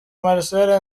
marcel